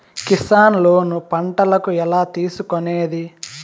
Kisan loan పంటలకు ఎలా తీసుకొనేది?